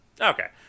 Okay